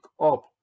up